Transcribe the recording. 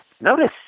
notice